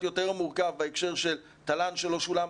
יותר מורכב בהקשר של תל"ן שלא שולם,